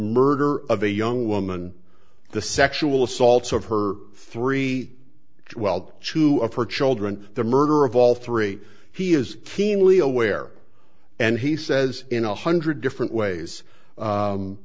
murder of a young woman the sexual assaults of her three weld two of her children the murder of all three he is keenly aware and he says in a hundred different ways